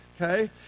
okay